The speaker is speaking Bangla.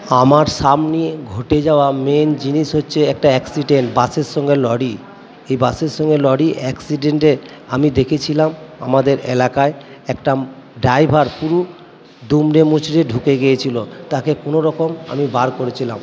আমার সামনে ঘটে যাওয়া মেন জিনিস হচ্ছে একটা অ্যাক্সিডেন্ট বাসের সঙ্গে লরি এই বাসের সঙ্গে লরি অ্যাক্সডেন্টে আমি দেখেছিলাম আমাদের এলাকায় একটা ড্রাইভার পুরু দুমড়ে মুচড়ে ঢুকে গিয়েছিলো তাকে কোনো রকম আমি বার করেছিলাম